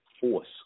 force